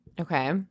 Okay